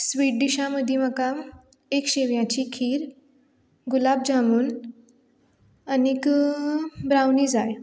sweet डिशां मदी म्हाका एक शेवयांची खीर गुलाब जामून आनीक ब्रावनी जाय